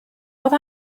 oedd